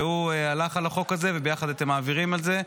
והוא הלך על החוק הזה, וביחד אתם מעבירים את זה.